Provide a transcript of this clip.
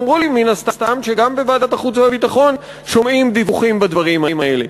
שגם בוועדת החוץ והביטחון שומעים דיווחים על הדברים האלה.